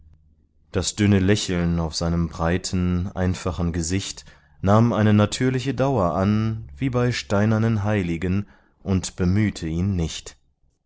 das dünne lächeln auf seinem breiten einfachen gesicht nahm eine natürliche dauer an wie bei steinernen heiligen und bemühte ihn nicht